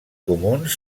comuns